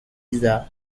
mesa